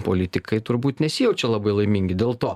politikai turbūt nesijaučia labai laimingi dėl to